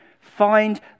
find